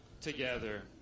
together